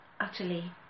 utterly